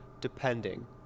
depending